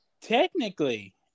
Technically